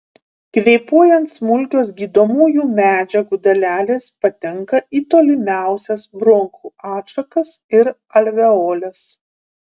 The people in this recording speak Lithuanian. kvėpuojant smulkios gydomųjų medžiagų dalelės patenka į tolimiausias bronchų atšakas ir alveoles